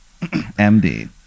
MD